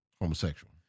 Homosexual